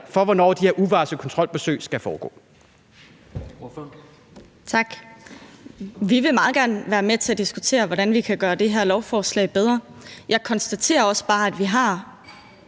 hvornår de her uvarslede kontrolbesøg skal foregå.